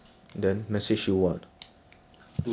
ya I I I prioritize top side more cause top side easier